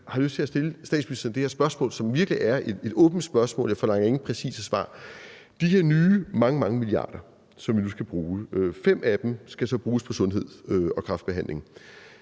jeg har lyst til at stille statsministeren det her spørgsmål, som virkelig er et åbent spørgsmål – jeg forlanger ingen præcise svar: Hvad angår de her mange, mange nye milliarder, som vi nu skal bruge, skal 5 mia. kr. bruges på sundhed og kræftbehandling,